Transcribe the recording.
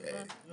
טוב.